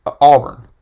Auburn